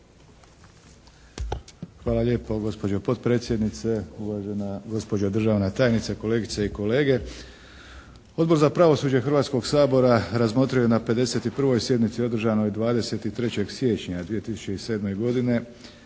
Hvala lijepo gospođo potpredsjednice, uvažena gospođo državna tajnice, kolegice i kolege! Odbor za pravosuđe Hrvatskog sabora razmotrio je na 51. sjednici održanoj 23. siječnja 2007. godine